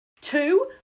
two